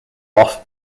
off